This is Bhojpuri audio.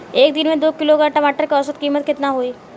एक दिन में दो किलोग्राम टमाटर के औसत कीमत केतना होइ?